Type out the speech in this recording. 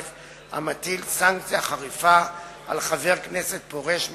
המטיל סנקציה חריפה על חבר כנסת הפורש מסיעה,